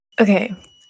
Okay